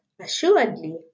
Assuredly